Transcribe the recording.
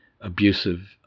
abusive